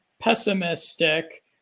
pessimistic